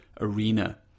arena